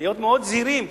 להיות מאוד זהירים,